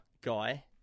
guy